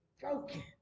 broken